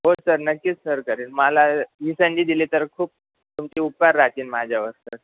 हो सर नक्कीच सर करेन मला ही संधी दिली तर खूप तुमचे उपकार राहतील माझ्यावर सर